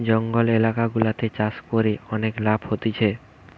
জঙ্গল এলাকা গুলাতে চাষ করে অনেক লাভ হতিছে